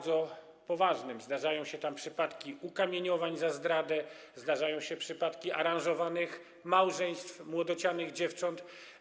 Zdarzają się tam przypadki ukamienowań za zdradę, zdarzają się przypadki aranżowanych małżeństw młodocianych dziewcząt.